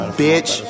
bitch